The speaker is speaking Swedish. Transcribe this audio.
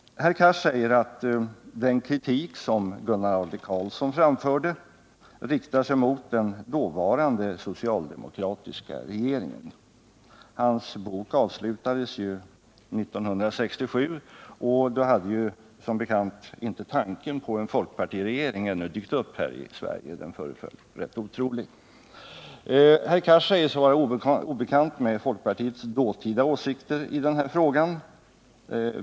Herr Cars säger att den kritik som Gunnar Adler-Karlsson framförde riktar sig mot den dåvarande socialdemokratiska regeringen. Arbetet med hans bok avslutades ju 1967, och då hade som bekant inte tanken på en folkpartiregering ännu dykt upp här i Sverige — den föreföll rätt otrolig. Herr Cars säger sig vara obekant med folkpartiets dåtida åsikter i denna fråga.